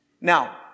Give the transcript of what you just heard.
Now